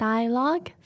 Dialogue